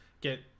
get